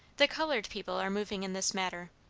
the colored people are moving in this matter.